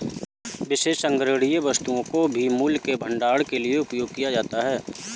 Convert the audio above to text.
विशेष संग्रहणीय वस्तुओं को भी मूल्य के भंडारण के लिए उपयोग किया जाता है